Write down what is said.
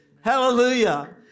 hallelujah